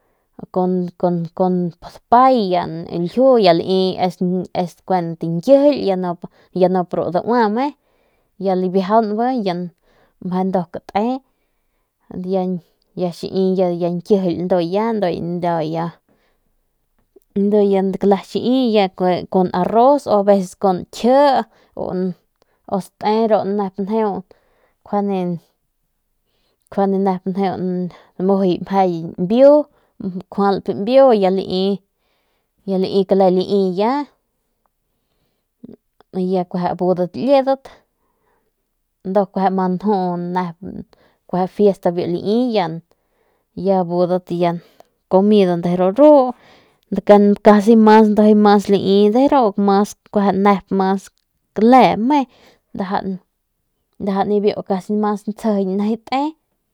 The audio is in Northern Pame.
Abudat liedat du kueje ma nju y ya abudat comida casi mas lii deru kueje mas lii nt sjejiñ kle me casi mas ntsjejiñ neje te.